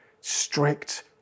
Strict